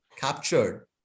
captured